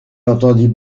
entendit